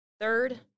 Third